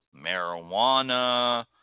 marijuana